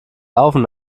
laufen